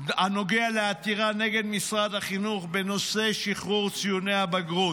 הנוגע לעתירה נגד משרד החינוך בנושא שחרור ציוני הבגרות.